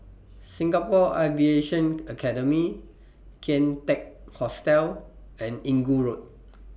Singapore Aviation Academy Kian Teck Hostel and Inggu Road